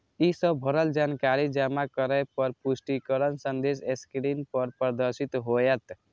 ई सब भरल जानकारी जमा करै पर पुष्टिकरण संदेश स्क्रीन पर प्रदर्शित होयत